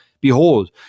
Behold